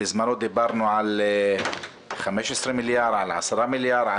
בזמנו, דיברנו על 15 מיליארד, על 10 מיליארד.